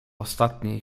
ostatniej